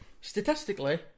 statistically